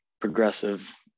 progressive